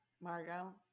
Margot